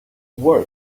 wear